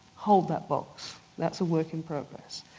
hold that box, that's a work and progress.